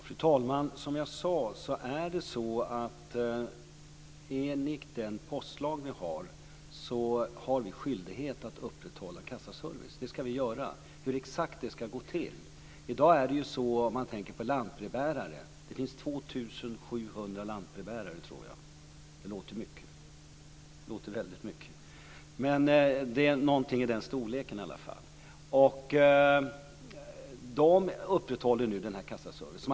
Fru talman! Som jag sade är det så att vi har skyldighet att upprätthålla kassaservice enligt den postlag vi har. Det ska vi göra. Hur det exakt ska gå till kan jag inte säga. Jag tror att det finns 2 700 lantbrevbärare i dag. Det låter väldigt mycket. Det är i alla fall någonting i den storleksordningen. De upprätthåller nu den här kassaservicen.